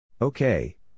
Okay